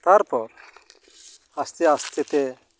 ᱛᱟᱨᱯᱚᱨ ᱟᱥᱛᱮᱼᱟᱥᱛᱮ ᱛᱮ